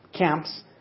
camps